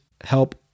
help